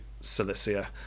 Cilicia